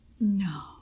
no